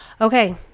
Okay